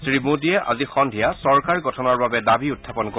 শ্ৰীমোদীয়ে আজি সন্ধিয়া চৰকাৰ গঠনৰ বাবে দাবী উত্থাপন কৰিব